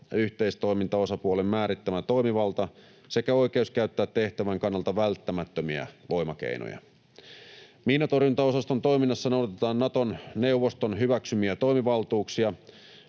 yhteistoimintaosapuolen määrittämä toimivalta sekä oikeus käyttää tehtävän kannalta välttämättömiä voimakeinoja. Miinantorjuntaosaston toiminnassa noudatetaan Naton neuvoston hyväksymiä toimivaltuuksia,